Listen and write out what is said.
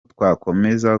twakomeza